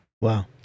Wow